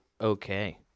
okay